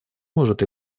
может